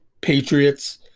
Patriots